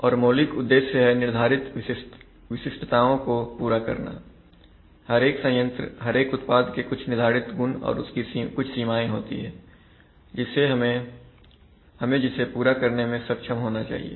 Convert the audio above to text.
और मौलिक उद्देश्य है निर्धारित विशिष्टताओं को पूरा करना हर एक संयंत्र हर एक उत्पाद के कुछ निर्धारित गुण और उनकी कुछ सीमाएं होती है हमें जिसे पूरा करने मैं सक्षम होना चाहिए